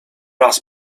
raz